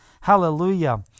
Hallelujah